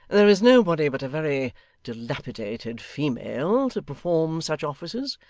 there is nobody but a very dilapidated female to perform such offices.